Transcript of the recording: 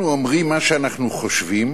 אנחנו אומרים מה שאנחנו חושבים